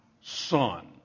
son